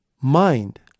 mind